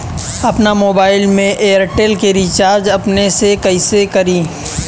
आपन मोबाइल में एयरटेल के रिचार्ज अपने से कइसे करि?